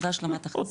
והשלמת הכנסה.